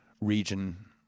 Region